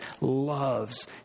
loves